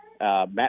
Matt